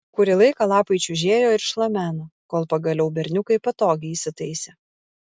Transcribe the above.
kurį laiką lapai čiužėjo ir šlameno kol pagaliau berniukai patogiai įsitaisė